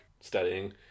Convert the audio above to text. studying